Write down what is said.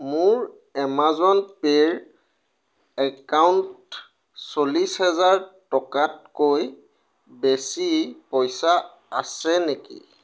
মোৰ এমাজন পে'ৰ একাউণ্ট চল্লিছ হেজাৰ টকাতকৈ বেছি পইচা আছে নেকি